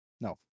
No